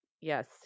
Yes